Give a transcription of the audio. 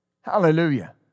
Hallelujah